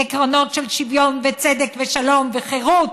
עקרונות של שוויון וצדק ושלום וחירות,